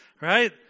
right